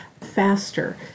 faster